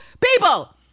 people